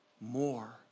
more